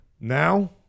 Now